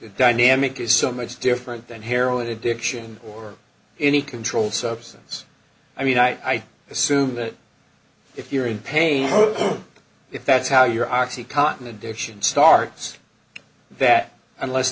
dynamic is so much different than heroin addiction or any controlled substance i mean i assume that if you're in pain if that's how your oxycontin addiction starts that unless